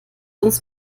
uns